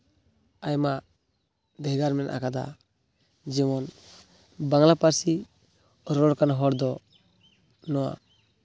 ᱟᱭᱢᱟ ᱵᱷᱮᱜᱟᱨ ᱢᱮᱱᱟᱜ ᱠᱟᱫᱟ ᱡᱮᱢᱚᱱ ᱵᱟᱝᱞᱟ ᱯᱟᱹᱨᱥᱤ ᱨᱚᱨᱚᱲᱠᱟᱱ ᱦᱚᱲᱫᱚ ᱱᱚᱣᱟ